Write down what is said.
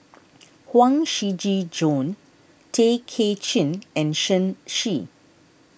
Huang Shiqi Joan Tay Kay Chin and Shen Xi